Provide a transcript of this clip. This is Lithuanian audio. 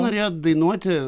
norėjot dainuoti